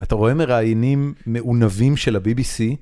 אתה רואה מראיינים מעונבים של הבי-בי-סי?